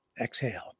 exhale